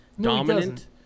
dominant